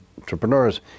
entrepreneurs